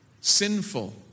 sinful